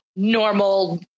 Normal